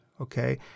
okay